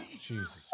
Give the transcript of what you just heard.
Jesus